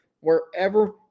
wherever